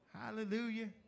Hallelujah